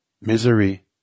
misery